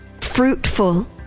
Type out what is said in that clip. fruitful